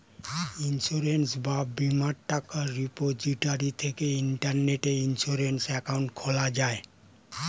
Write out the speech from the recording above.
insurance বা বীমার টাকা রিপোজিটরি থেকে ইন্টারনেটে ইন্সুরেন্স অ্যাকাউন্ট খোলা যায়